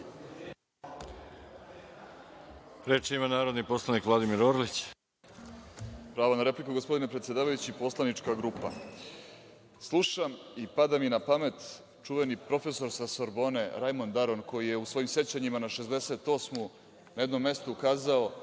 Reč ima narodni poslanik Vladimir Orlić. **Vladimir Orlić** Pravo na repliku gospodine predsedavajući, poslanička grupa. Slušam i pada mi na pamet čuveni profesor sa Sorbone, Rajmond Daron koji je u svojim sećanjima na 1968. godinu, na jedno mesto, ukazao